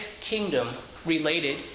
kingdom-related